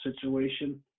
situation